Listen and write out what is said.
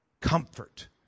Comfort